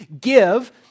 give